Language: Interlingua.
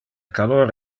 calor